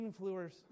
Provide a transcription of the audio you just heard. influencers